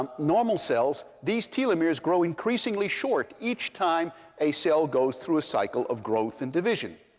um normal cells, these telomeres grow increasingly short each time a cell goes through a cycle of growth and division.